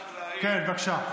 כן, בבקשה.